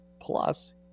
plus